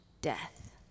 death